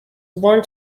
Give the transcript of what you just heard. born